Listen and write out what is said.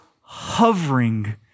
hovering